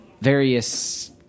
various